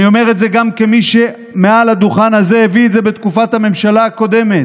אני אומר את זה גם כמי שמעל הדוכן הזה הביא את זה בתקופת הממשלה הקודמת,